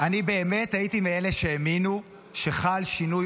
אני באמת הייתי מאלה שהאמינו שחל שינוי